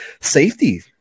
safety